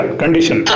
condition